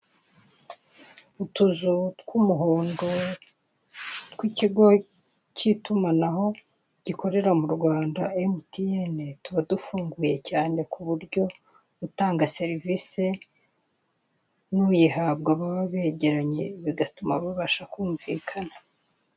Utuzu tw'umuhondo tw'ikigo cy'itumanaho gikorera mu Rwanda MTN, tuba dufunguye cyane ku buryo utanga serivise n'uyihabwa baba begeranye bigatuma babasha kumvikana.